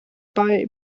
bei